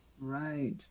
Right